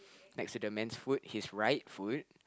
next to the man's foot his right foot